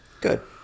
Good